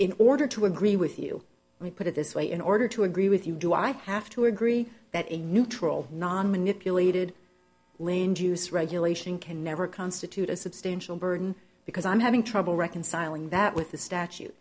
in order to agree with you we put it this way in order to agree with you do i have to agree that a neutral non manipulated lane juice regulation can never constitute a substantial burden because i'm having trouble reconciling that with the statute